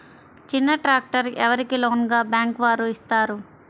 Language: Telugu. చిన్న ట్రాక్టర్ ఎవరికి లోన్గా బ్యాంక్ వారు ఇస్తారు?